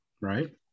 right